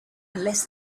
unless